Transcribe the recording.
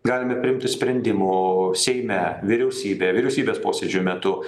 galime priimti sprendimų seime vyriausybė vyriausybės posėdžių metu